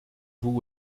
vous